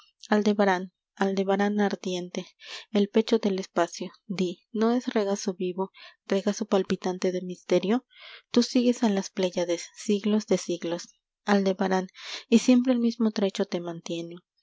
aldebarán aldebarán aldebarán ardiente el pecho del espacio di no es regazo vivo regazo palpitante de misterio tú sigues a las pléyades siglos de siglos aldebarán y siempre el mismo trecho te mantienenl